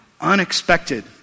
unexpected